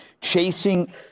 chasing